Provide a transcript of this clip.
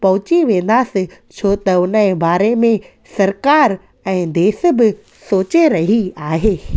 पहुची वेंदासे छो त हुन जे बारे में सरकार ऐं देश बि सोचे रही आहे